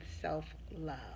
self-love